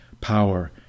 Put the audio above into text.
power